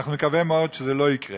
אנחנו נקווה מאוד שזה לא יקרה.